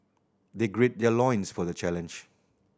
they grid their loins for the challenge